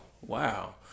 wow